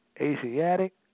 Asiatic